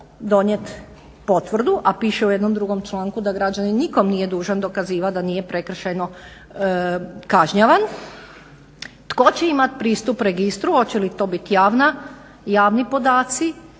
donijeti potvrdu, a piše u jednom drugom članku da građanin nikom nije dužan dokazivati da nije prekršajno kažnjavan. Tko će imati pristup registru? Hoće li to biti javni podaci